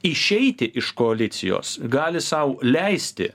išeiti iš koalicijos gali sau leisti